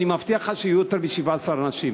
אני מבטיח לך שיהיו יותר מ-17 אנשים.